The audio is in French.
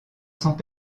cents